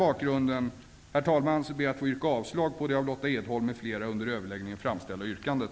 Mot denna bakrund ber jag att få yrka avslag på det av Lotta Edholm m.fl. under överläggningen framställda yrkandet.